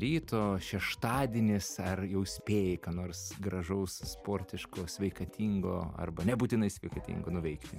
ryto šeštadienis ar jau spėjai ką nors gražaus sportiško sveikatingo arba nebūtinai sveikatingo nuveikti